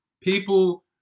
People